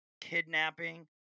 kidnapping